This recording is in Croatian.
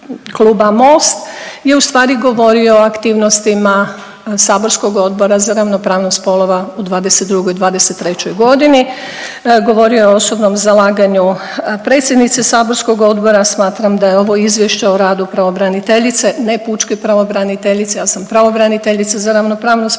je ustvari govorio o aktivnostima saborskog Odbora za ravnopravnost spolova u 2022.-'23.g., govorio je o osobnom zalaganju predsjednice saborskog odbora, smatram da je ovo izvješće o radu pravobraniteljice, ne pučke pravobraniteljice ja sam pravobraniteljica za ravnopravnost spolova